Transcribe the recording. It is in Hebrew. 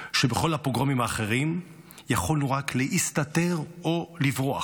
שבכל הפוגרומים האחרים יכולנו רק להסתתר או לברוח,